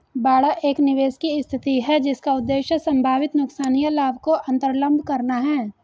बाड़ा एक निवेश की स्थिति है जिसका उद्देश्य संभावित नुकसान या लाभ को अन्तर्लम्ब करना है